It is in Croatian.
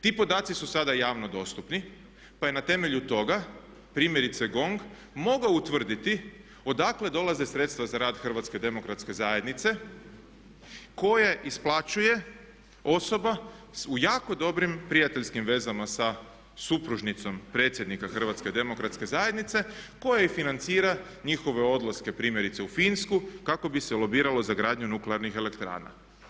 Ti podaci su sada javno dostupni pa je na temelju toga primjerice GONG mogao utvrditi odakle dolaze sredstva za rad HDZ-a koje isplaćuje osoba u jako dobrim prijateljskim vezama sa supružnicom predsjednika HDZ-a koja i financira njihove odlaske primjerice u Finsku kako bi se lobiralo za gradnju nuklearnih elektrana.